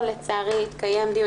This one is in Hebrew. לצערי עוד לא התקיים דיון,